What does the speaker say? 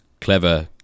clever